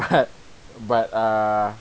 but but err